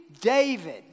David